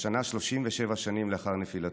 והשנה זה 37 שנים לאחר נפילתו.